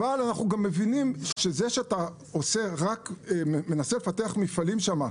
אנחנו גם מבינים שזה שאתה מנסה לפתח מפעלים שם,